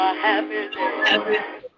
happy